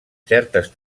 certes